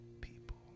people